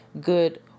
good